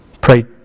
Pray